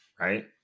right